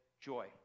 joy